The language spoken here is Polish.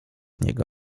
niego